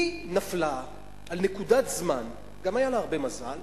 היא נפלה על נקודת זמן, גם היה לה הרבה מזל,